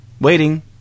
Waiting